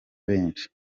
benshi